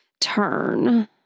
Turn